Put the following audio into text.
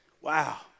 Wow